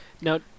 Now